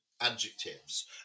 adjectives